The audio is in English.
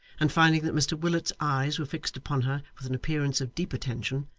and finding that mr willet's eyes were fixed upon her with an appearance of deep attention,